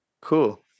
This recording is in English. Cool